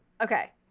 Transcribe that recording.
okay